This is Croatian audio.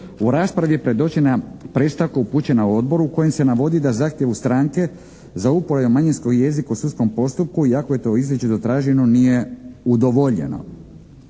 U raspravi je predočena predstavka upućena Odboru u kojoj se navodi da zahtjevu stranke za uporabu manjinskog jezika u sudskom jeziku iako je to izričito traženo nije udovoljeno.